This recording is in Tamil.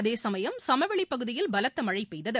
அதேசமயம் சமவெளிப்பகுதியில் பலத்த மழை பெய்தது